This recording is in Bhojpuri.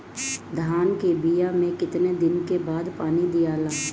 धान के बिया मे कितना दिन के बाद पानी दियाला?